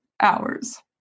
hours